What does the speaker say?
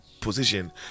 position